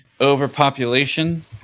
overpopulation